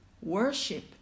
worship